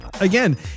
again